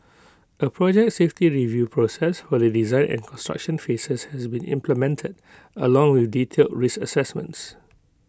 A project safety review process for the design and construction phases has been implemented along with detailed risk assessments